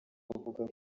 avuga